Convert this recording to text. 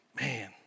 Man